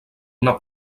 una